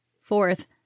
Fourth